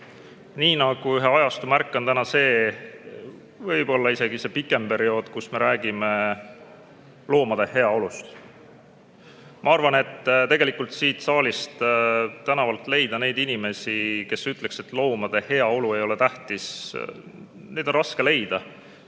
Nii nagu ühe ajastu märk on täna see, võib-olla on see isegi pikem periood, et me räägime loomade heaolust. Ma arvan, et siit saalist või tänavalt leida inimesi, kes ütleks, et loomade heaolu ei ole tähtis, on raske.